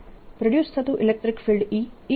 produce થતું electric field ϵ cosωt છે